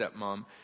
stepmom